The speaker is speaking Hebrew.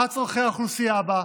מהם צורכי האוכלוסייה בה,